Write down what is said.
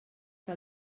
que